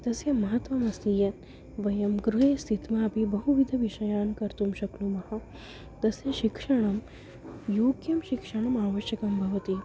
तस्य महत्त्वमस्ति यत् वयं गृहे स्थित्वा अपि बहुविधविषयान् कर्तुं शक्नुमः तस्य शिक्षणं योग्यं शिक्षणम् आवश्यकं भवति